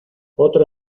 otro